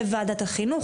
לוועדת החינוך.